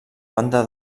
banda